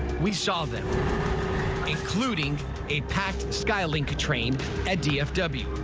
we saw them including a packed sky link train at dfw.